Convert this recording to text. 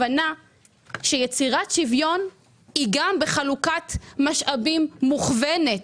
הבנה שיצירת שוויון נעשית גם באמצעות חלוקת משאבים מוכוונת.